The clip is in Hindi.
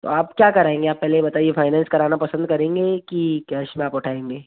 तो आप क्या करेंगे आप पहले बताइए फ़ाइनेंस कराना पसंद करेंगे कि कैश में आप उठाएँगे